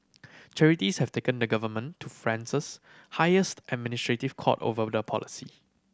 charities have taken the government to France's highest administrative court over the policy